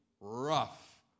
rough